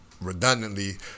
redundantly